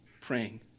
praying